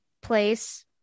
place